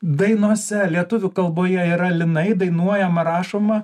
dainose lietuvių kalboje yra linai dainuojama rašoma